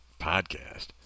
podcast